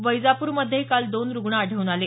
वैजापूरमध्येही काल दोन रूग्ण आढळून आले